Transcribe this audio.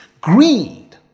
Greed